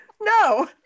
no